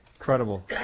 incredible